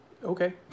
Okay